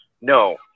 No